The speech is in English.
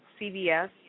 CVS